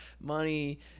money